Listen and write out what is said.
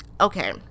okay